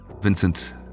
Vincent